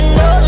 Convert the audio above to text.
no